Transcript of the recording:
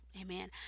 Amen